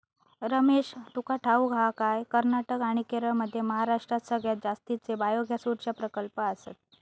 रमेश, तुका ठाऊक हा काय, कर्नाटक आणि केरळमध्ये महाराष्ट्रात सगळ्यात जास्तीचे बायोगॅस ऊर्जा प्रकल्प आसत